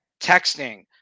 texting